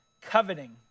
coveting